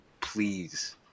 please